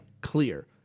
clear